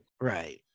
Right